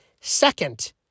second